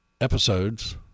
episodes